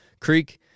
creek